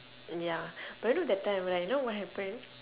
ya but you know that time right you know what happen